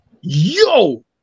Yo